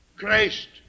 Christ